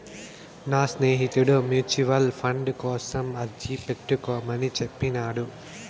నా స్నేహితుడు mutual fund కోసం అర్జీ పెట్టుకోమని చెప్పినాడు